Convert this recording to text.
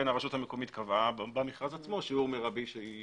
הרשות המקומית קבעה במכרז עצמו שיעור מרבי שהיא